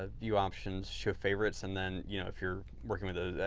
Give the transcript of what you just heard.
ah view options, show favorites, and then you know if you're working with editor,